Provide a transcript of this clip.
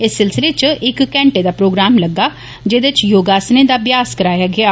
इस सिलसिले च इक घैंटे दा प्रोग्राम लग्गा जेदे च योगासने दा अभ्यास कराया गेआ